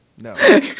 no